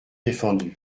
défendus